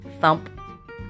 thump